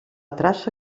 traça